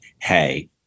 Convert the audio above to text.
hey